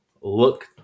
look